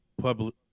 public